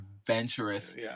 Adventurous